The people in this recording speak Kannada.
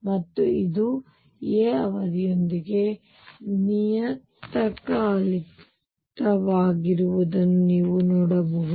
ಮತ್ತು ಇದು a ಅವಧಿಯೊಂದಿಗೆ ನಿಯತಕಾಲಿಕವಾಗಿರುವುದನ್ನು ನೀವು ನೋಡಬಹುದು